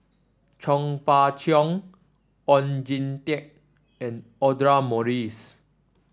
Chong Fah Cheong Oon Jin Teik and Audra Morrice